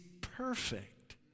perfect